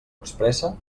expressa